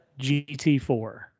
GT4